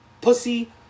pussy